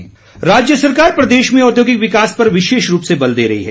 startup राज्य सरकार प्रदेश में औद्योगिक विकास पर विशेष रूप से बल दे रही है